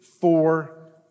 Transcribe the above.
four